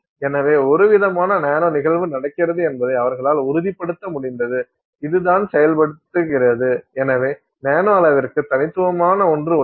எனவே ஒருவிதமான நானோ நிகழ்வு நடக்கிறது என்பதை அவர்களால் உறுதிப்படுத்த முடிந்தது இதுதான் செயல்படுத்துகிறது எனவே நானோ அளவிற்கு தனித்துவமான ஒன்று உள்ளது